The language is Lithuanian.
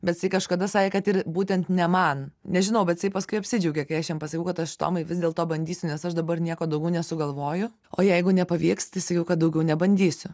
bet jisai kažkada sakė kad ir būtent ne man nežinau bet paskui apsidžiaugė kai aš jam pasakiau kad aš tomai vis dėl to bandysiu nes aš dabar nieko daugiau nesugalvoju o jeigu nepavyks tai sakiau kad daugiau nebandysiu